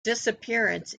disappearance